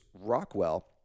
rockwell